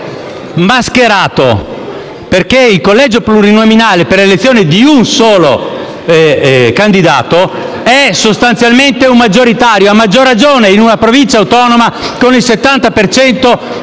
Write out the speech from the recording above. mascherato perché il collegio plurinominale per l'elezione di un solo candidato è sostanzialmente un maggioritario; a maggior ragione in una Provincia autonoma con il 70